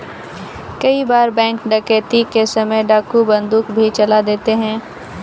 कई बार बैंक डकैती के समय डाकू बंदूक भी चला देते हैं